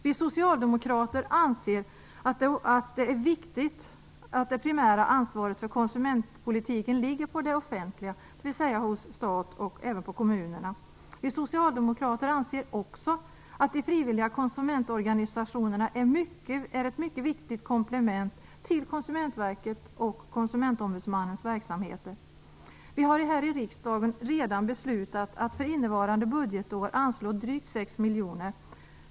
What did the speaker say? Vi socialdemokrater anser att det är viktigt att det primära ansvaret för konsumentpolitiken ligger på det offentliga, dvs. på staten och även på kommunerna. Vi socialdemokrater anser också att de frivilliga konsumentorganisationerna är ett mycket viktigt komplement till Konsumentverkets och Konsumentombudsmannens verksamheter. Vi har här i riksdagen redan beslutat att för innevarande budgetår anslå drygt 6 miljoner.